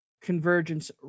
Convergence